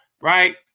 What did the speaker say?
right